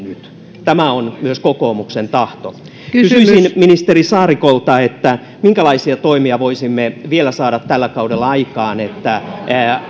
nyt tämä on myös kokoomuksen tahto kysyisin ministeri saarikolta minkälaisia toimia voisimme vielä saada tällä kaudella aikaan että